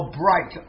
bright